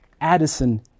Addison